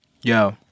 Yo